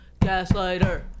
Gaslighter